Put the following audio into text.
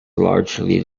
largely